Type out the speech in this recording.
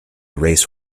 race